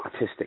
autistic